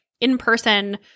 in-person –